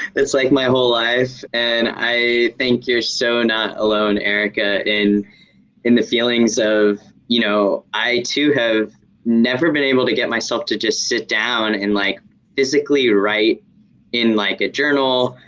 it's like my whole life, and i think you're so not alone, erica, in in the feelings of you know, i too have never been able to get myself to just sit down and like physically write in like a journal,